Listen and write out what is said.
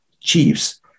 chiefs